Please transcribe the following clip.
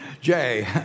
Jay